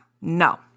no